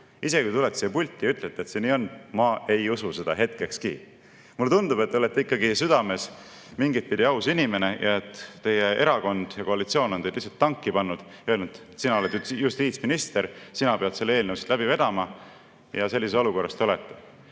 Isegi kui te tulete siia pulti ja ütlete, et see nii on, ma ei usu seda hetkekski. Mulle tundub, et te olete südames ikka mingitpidi aus inimene. Teie erakond ja koalitsioon on teid lihtsalt tanki pannud ja öelnud, et teie olete justiitsminister, teie peate selle eelnõu siit läbi vedama ja sellises olukorras te olete.